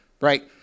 right